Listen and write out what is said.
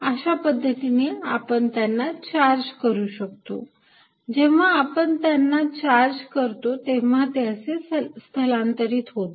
अशा पद्धतीने आपण त्यांना चार्ज करू शकतो जेव्हा आपण त्यांना चार्ज करतो तेव्हा ते असे स्थलांतरित होतात